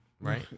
Right